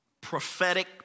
prophetic